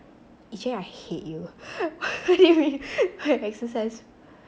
ee cheng I hate you I exercise